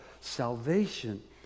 salvation